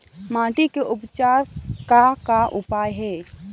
माटी के उपचार के का का उपाय हे?